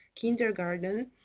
kindergarten